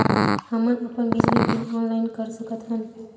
हमन अपन बिजली बिल ऑनलाइन कर सकत हन?